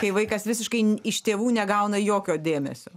kai vaikas visiškai iš tėvų negauna jokio dėmesio